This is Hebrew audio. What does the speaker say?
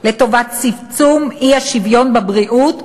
לטובת צמצום האי-שוויון בבריאות,